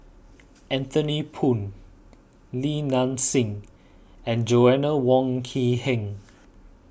Anthony Poon Li Nanxing and Joanna Wong Quee Heng